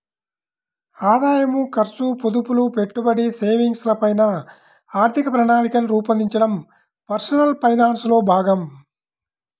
ఆదాయం, ఖర్చు, పొదుపులు, పెట్టుబడి, సేవింగ్స్ ల పైన ఆర్థిక ప్రణాళికను రూపొందించడం పర్సనల్ ఫైనాన్స్ లో భాగం